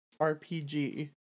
RPG